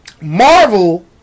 Marvel